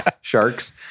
sharks